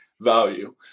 value